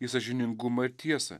į sąžiningumą ir tiesą